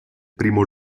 primo